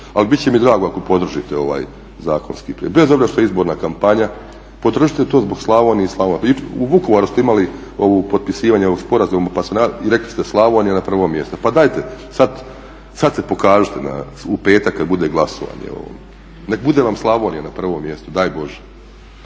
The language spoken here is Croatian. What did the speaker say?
ali bit će mi drago ako podržite ovaj zakonski prijedlog. Bez obzira što je izborna kampanja potrošite to zbog Slavonije. U Vukovaru ste imali potpisivanje ovog sporazuma i rekli ste Slavonija na prvom mjestu. Pa dajte sad se pokažite u petak kad bude glasovanje. Nek bude vam Slavonija na prvom mjestu, daj Bože.